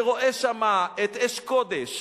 ורואה שם את אש-קודש,